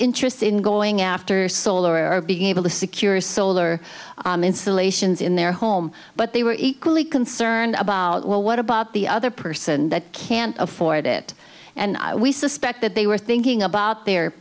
interest in going after solar or being able to secure solar installations in their home but they were equally concerned about well what about the other person that can't afford it and we suspect that they were thinking about their